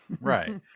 Right